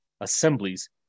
assemblies